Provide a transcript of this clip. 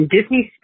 Disney